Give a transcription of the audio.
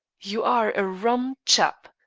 you are a rum chap,